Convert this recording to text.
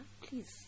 please